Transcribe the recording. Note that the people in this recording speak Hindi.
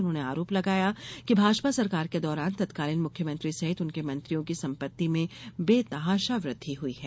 उन्होंने आरोप लगाया कि भाजपा सरकार के दौरान तत्कालीन मुख्यमंत्री सहित उनके मंत्रियों की संपत्ति में बेतहाशा वृद्धि हुई है